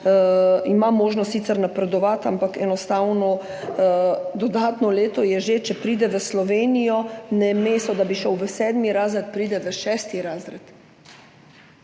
sicer možnost napredovati, ampak dodatno leto je že, če pride v Slovenijo in namesto da bi šel v sedmi razred, pride v šesti razred.